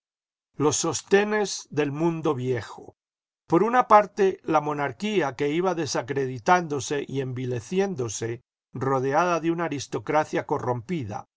los sostenes del mundo viejo por una parte la monarquía que iba desacreditándose y envileciéndose rodeada de una aristocracia corrompida